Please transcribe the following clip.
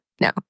No